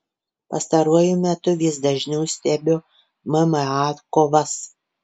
pastaruoju metu vis dažniau stebiu mma kovas